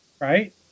right